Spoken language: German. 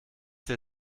dir